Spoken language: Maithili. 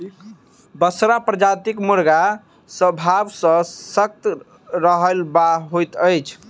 बसरा प्रजातिक मुर्गा स्वभाव सॅ सतर्क रहयबला होइत छै